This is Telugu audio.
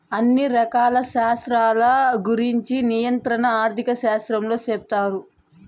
అన్ని రకాల శాస్త్రాల గురుంచి నియంత్రణ ఆర్థిక శాస్త్రంలో సెప్తారు